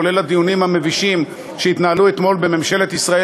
כולל הדיונים המבישים שהתנהלו אתמול בממשלת ישראל,